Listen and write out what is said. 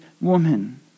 woman